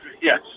Yes